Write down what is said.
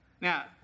Now